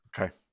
Okay